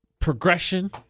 progression